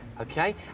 okay